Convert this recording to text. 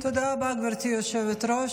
תודה רבה, גברתי היושבת-ראש.